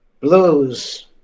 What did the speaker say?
Blues